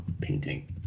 painting